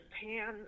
Japan